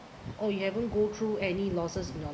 oh you haven't go through any losses in your life